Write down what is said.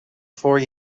voor